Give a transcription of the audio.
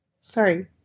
Sorry